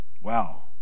Wow